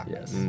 ？Yes，